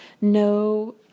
no